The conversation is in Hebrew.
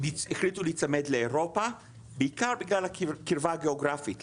החליטו להיצמד לאירופה בעיקר בגלל הקרבה הגיאוגרפית,